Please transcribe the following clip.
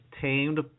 tamed